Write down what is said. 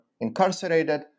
incarcerated